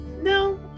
no